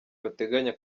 bateganya